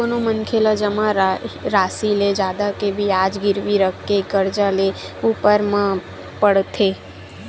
कोनो मनखे ला जमा रासि ले जादा के बियाज गिरवी रखके करजा लेय ऊपर म पड़थे